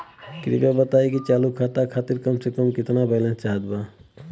कृपया बताई कि चालू खाता खातिर कम से कम केतना बैलैंस चाहत बा